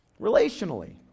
relationally